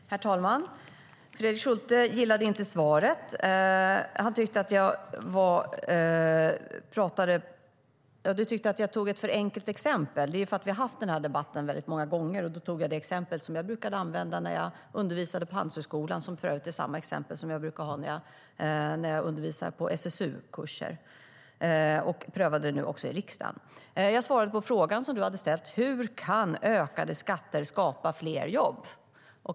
Herr talman! Fredrik Schulte gillade inte svaret. Han tyckte att jag tog ett för enkelt exempel. Vi har ju haft den här debatten många gånger, och då tog jag det exempel som jag brukade använda när jag undervisade på Handelshögskolan. Det är för övrigt samma exempel som jag brukar ta när jag undervisar på SSU-kurser. Jag prövade det nu också i riksdagen. Jag svarade på den fråga som Fredrik Schulte hade ställt: Hur kan ökade skatter skapa fler jobb?